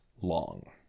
long